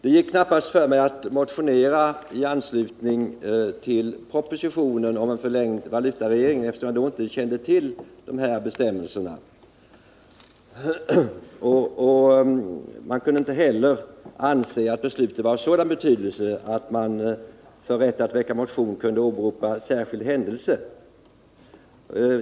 Det gick knappast för mig att motionera i anslutning till propositionen om en förlängd valutareglering, eftersom jag då inte kände till de här bestämmelserna. Man kunde inte heller anse att beslutet var av sådan betydelse att man för rätt att väcka motion kunde åberopa särskild händelse.